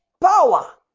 Power